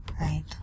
Right